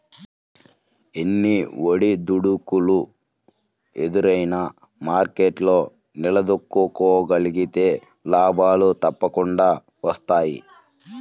ఎన్ని ఒడిదుడుకులు ఎదుర్కొన్నా మార్కెట్లో నిలదొక్కుకోగలిగితే లాభాలు తప్పకుండా వస్తాయి